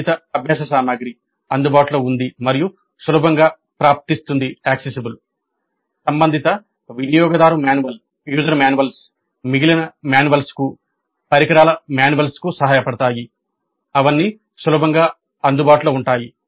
సంబంధిత అభ్యాస సామగ్రి అందుబాటులో ఉంది మరియు సులభంగా ప్రాప్తిస్తుంది మిగిలిన మాన్యువల్స్ కు పరికరాల మాన్యువల్స్ కు సహాయపడతాయి అవన్నీ సులభంగా అందుబాటులో ఉంటాయి